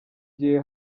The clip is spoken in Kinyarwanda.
gihe